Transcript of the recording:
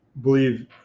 believe